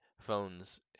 phones